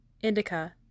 indica